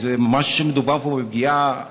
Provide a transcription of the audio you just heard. כי מדובר פה ממש בפגיעה